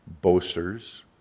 boasters